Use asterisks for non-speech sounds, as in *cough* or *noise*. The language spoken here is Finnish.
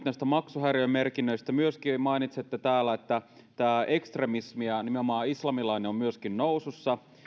*unintelligible* näistä maksuhäiriömerkinnöistä myöskin mainitsette täällä että tämä ekstremismi ja nimenomaan islamilainen on nousussa